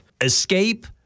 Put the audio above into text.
escape